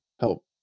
help